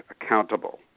accountable